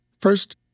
First